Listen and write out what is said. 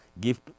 give